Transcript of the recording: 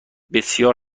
بسیار